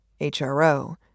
HRO